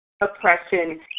oppression